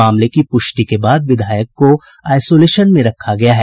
मामले की पुष्टि के बाद विधायक को आइसोलेशन में रखा गया है